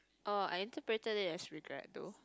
uh I interpreted it as regret though